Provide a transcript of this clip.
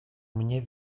mniej